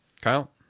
Kyle